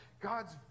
God's